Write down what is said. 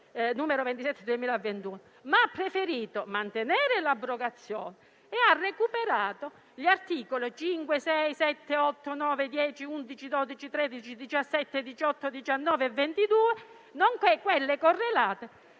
n. 27 del 2021, ma ha preferito mantenere l'abrogazione e ha recuperato gli articoli 5, 6, 7, 8, 9, 10, 11, 12, 13, 17, 18, 19 e 22, nonché quelli correlati